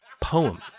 poem